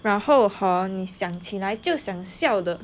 然后 hor 你想起来就想笑的